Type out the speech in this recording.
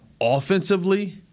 offensively